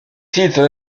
sites